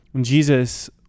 Jesus